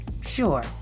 sure